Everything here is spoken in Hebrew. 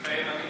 מתחייב אני